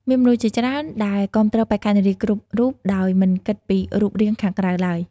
មានមនុស្សជាច្រើនដែលគាំទ្របេក្ខនារីគ្រប់រូបដោយមិនគិតពីរូបរាងខាងក្រៅឡើយ។